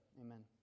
Amen